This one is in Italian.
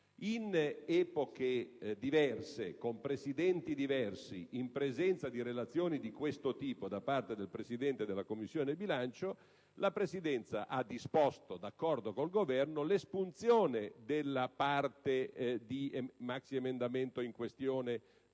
In epoche diverse, con Presidenti diversi, in presenza di relazioni di questo tipo del Presidente della Commissione bilancio, la Presidenza ha disposto, d'accordo col Governo, l'espunzione della parte di maxiemendamento in questione